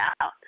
out